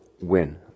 win